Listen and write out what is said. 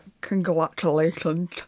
congratulations